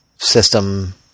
System